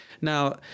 Now